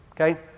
okay